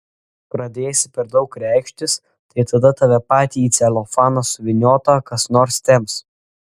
pradėsi per daug reikštis tai tada tave patį į celofaną suvyniotą kas nors temps